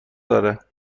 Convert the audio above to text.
داره